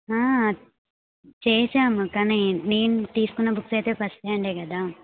చేసాము కానీ నేను తీసుకున్న బుక్స్ అయితే ఫస్ట్ హ్యాండే కదా